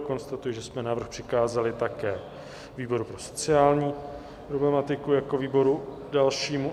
Konstatuji, že jsme návrh přikázali také výboru pro sociální problematiku jako výboru dalšímu.